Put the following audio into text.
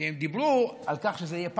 הם דיברו על כך שזה יהיה פיילוט,